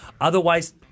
Otherwise